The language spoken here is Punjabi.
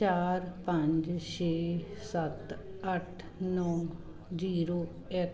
ਚਾਰ ਪੰਜ ਛੇ ਸੱਤ ਅੱਠ ਨੌਂ ਜ਼ੀਰੋ ਇੱਕ